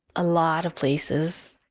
a lot of places